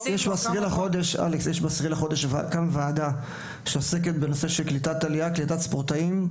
בעשירי לחודש יש כאן ועדה שעוסקת בנושא של קליטת עלייה של ספורטאים.